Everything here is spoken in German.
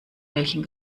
welchen